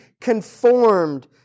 conformed